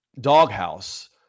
doghouse